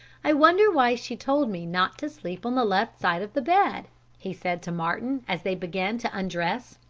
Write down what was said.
i wonder why she told me not to sleep on the left side of the bed he said to martin, as they began to undress.